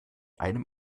einem